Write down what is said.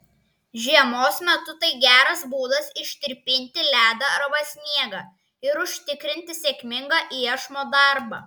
žiemos metu tai geras būdas ištirpinti ledą arba sniegą ir užtikrinti sėkmingą iešmo darbą